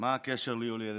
מה הקשר ליולי אדלשטיין.